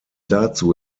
dazu